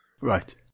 right